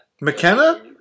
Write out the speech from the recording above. McKenna